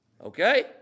Okay